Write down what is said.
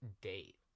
date